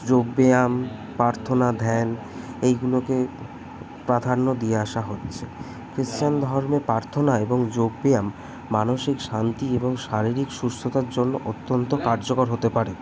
যোগ ব্যায়াম প্রার্থনা ধ্যান এইগুলোকে প্রাধান্য দিয়ে আসা হচ্ছে খ্রিশ্চান ধর্মে প্রার্থনা এবং যোগ ব্যায়াম মানসিক শান্তি এবং শারীরিক সুস্থতার জন্য অত্যন্ত কার্যকর হতে পারে